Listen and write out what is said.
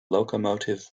locomotive